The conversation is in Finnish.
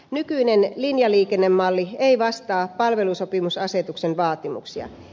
nykyinen linjaliikennemalli ei vastaa palvelusopimusasetuksen vaatimuksia